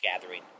gathering